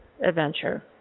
adventure